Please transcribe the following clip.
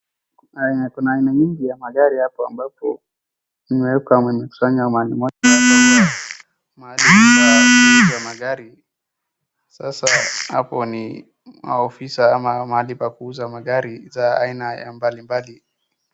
Kuna aina nyingi ya magari hapo ambapo yamewekwa yamekusanywa mahali moja. Hapa huwa mahali pa kuuzia magari. Sasa hapo ni maofisa ama mahali pa kuuza magari za aina ya mbalimbali.